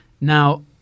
Now